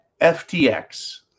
FTX